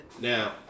Now